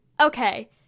Okay